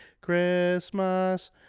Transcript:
Christmas